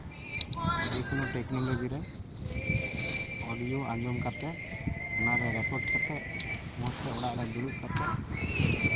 ᱡᱮᱠᱳᱱᱚ technology ᱨᱮ audio ᱟᱸᱡᱚᱢ ᱠᱟᱛᱮᱫ ᱚᱱᱟᱨᱮ ᱨᱮᱠᱚᱨᱰ ᱠᱟᱛᱮᱫ ᱢᱚᱡᱽ ᱛᱮ ᱚᱲᱟᱜ ᱨᱮ ᱫᱩᱲᱩᱵ ᱠᱟᱛᱮᱫ